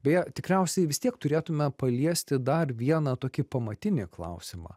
beje tikriausiai vis tiek turėtume paliesti dar vieną tokį pamatinį klausimą